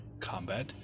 combat